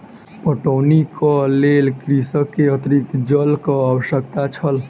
पटौनीक लेल कृषक के अतरिक्त जलक आवश्यकता छल